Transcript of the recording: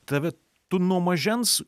tave tu nuo mažens